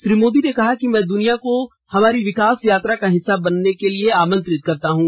श्री मोदी ने कहा कि मैं दुनियां को हमारी विकास यात्रा का हिस्सा बनने के लिए आमंत्रित करता हूं